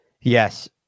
yes